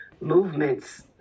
movements